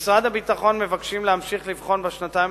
במשרד הביטחון מבקשים להמשיך ולבחון בשנתיים